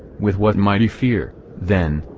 with what mighty fear, then,